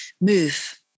move